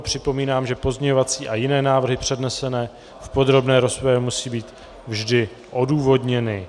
Připomínám, že pozměňovací a jiné návrhy přednesené v podrobné rozpravě musí být vždy odůvodněny.